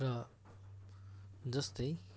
र जस्तै